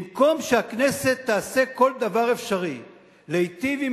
במקום שהכנסת תעשה כל דבר אפשרי להיטיב עם